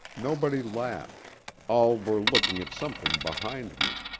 nobody laughed all were looking at something behind me.